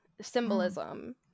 symbolism